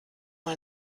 mal